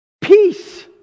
Peace